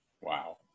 Wow